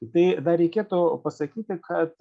tiktai dar reikėtų pasakyti kad